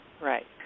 Right